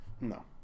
No